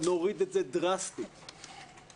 נוריד את זה דרסטית אבל